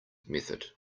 method